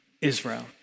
Israel